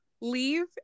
leave